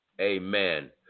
Amen